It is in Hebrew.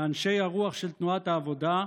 מאנשי הרוח של תנועת העבודה.